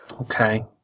Okay